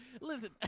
Listen